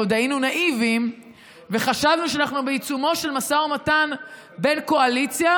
עוד היינו נאיביים וחשבנו שאנחנו בעיצומו של משא ומתן בין הקואליציה